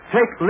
Take